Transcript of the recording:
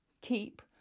keep